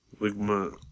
Ligma